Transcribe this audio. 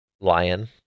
lion